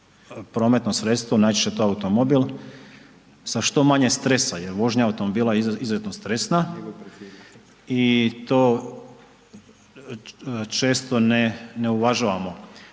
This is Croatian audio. prometno sredstvo, najčešće je to automobil, sa što manje stresa jer vožnja automobila je izuzetno stresna i to često ne, ne uvažavamo.